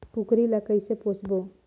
कूकरी ला कइसे पोसबो?